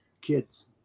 kids